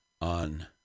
on